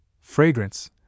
fragrance